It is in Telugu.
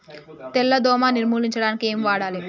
తెల్ల దోమ నిర్ములించడానికి ఏం వాడాలి?